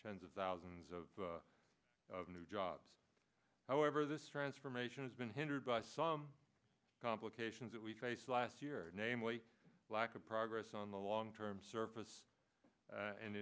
tens of thousands of new jobs however this transformation has been hindered by some complications that we face last year namely lack of progress on the long term service